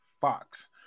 Fox